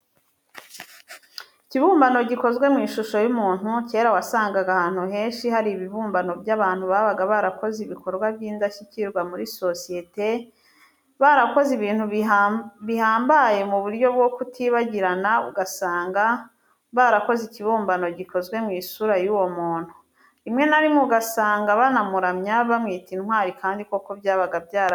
Ikibumbano gikozwe mu ishusho y'umuntu, cyera wasangaga ahantu henshi hari ibibumbano by'abantu babaga barakoze ibikorwa by'indashyikirwa muri sosiyete, barakoze ibintu bihambaye mu buryo bwo kutibagirana, ugasanga barakoze ikibumbano gikozwe mu isura y'uwo muntu. Rimwe na rimwe ugasanga banamuramya bamwita intwari kandi koko byabaga byarabaye.